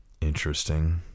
Interesting